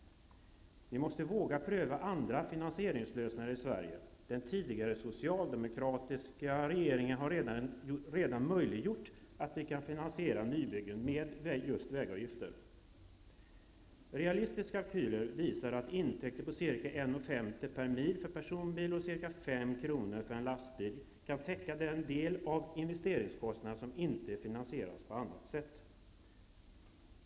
Vi måste våga pröva andra finansieringslösningar i Sverige. Den tidigare socialdemokratiska regeringen har redan möjliggjort att vi kan finansiera nybyggen med just vägavgifter. Realistiska kalkyler visar att intäkter på ca 1:50 kr. per mil för personbil och ca 5:00 kr. per mil för lastbil kan täcka den del av investeringskostnaden som inte finansieras på annat sätt.